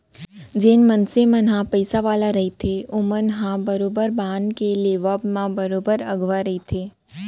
जेन मनसे मन ह पइसा वाले रहिथे ओमन ह बरोबर बांड के लेवब म बरोबर अघुवा रहिथे